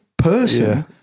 person